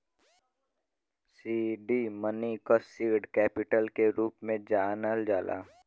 seed money क seed capital के रूप में जानल जाला